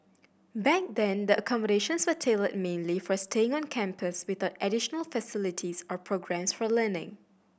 back then the accommodations were tailored mainly for staying on campus without additional facilities or programmes for learning